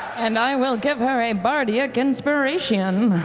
and i will give her a bardy-ic inspiray-tion.